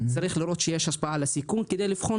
צריך לראות שיש השפעה על הסיכון כדי לבחון